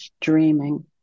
dreaming